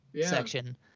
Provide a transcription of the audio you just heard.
section